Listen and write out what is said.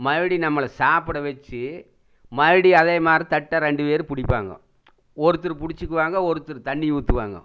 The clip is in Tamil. மறுபடியும் நம்மளை சாப்பிட வச்சு மறுபடியும் அதே மாதிரி தட்டை ரெண்டு பேரும் பிடிப்பாங்கோ ஒருத்தர் பிடிச்சுக்குவாங்க ஒருத்தர் தண்ணி ஊற்றுவாங்கோ